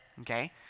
Okay